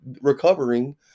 recovering